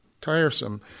tiresome